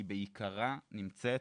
היא בעיקרה נמצאת,